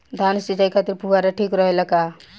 धान सिंचाई खातिर फुहारा ठीक रहे ला का?